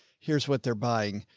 here's what they're buying.